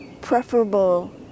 preferable